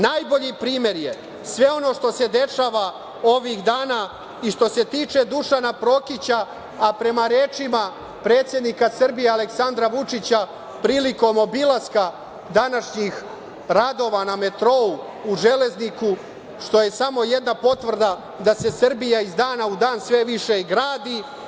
Najbolji primer je sve ono što se dešava ovih dana i što se tiče Dušana Prokića, a prema rečima predsednika Srbije Aleksandra Vučića, prilikom obilaska današnjih radova na metrou u Železniku, što je samo jedna potvrda da se Srbija iz dana u dan sve više gradi.